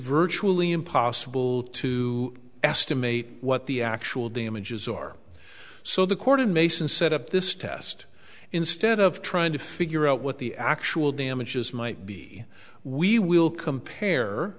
virtually impossible to estimate what the actual damages are so the court in mason set up this test instead of trying to figure out what the actual damages might be we will compare